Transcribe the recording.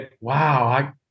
wow